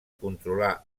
controlar